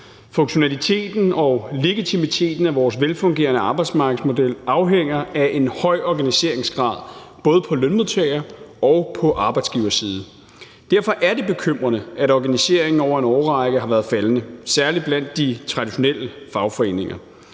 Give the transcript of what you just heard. Funktionaliteten og legitimiteten af vores velfungerende arbejdsmarkedsmodel afhænger af en høj organiseringsgrad, både på lønmodtagerside og på arbejdsgiverside. Derfor er det bekymrende, at organiseringen over en årrække har været faldende, særlig blandt de traditionelle fagforeninger.